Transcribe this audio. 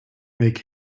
make